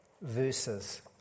verses